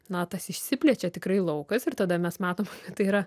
na tas išsiplečia tikrai laukas ir tada mes matom tai yra